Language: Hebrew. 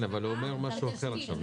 נעמה, אבל הוא אומר עכשיו משהו אחר.